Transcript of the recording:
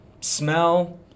smell